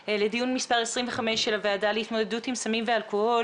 אני מתכבדת לפתוח את ישיבת הוועדה המיוחדת להתמודדות עם סמים ואלכוהול,